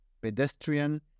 pedestrian